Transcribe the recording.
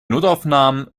notaufnahmen